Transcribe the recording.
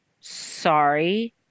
sorry